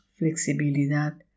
flexibilidad